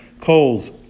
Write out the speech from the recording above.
coals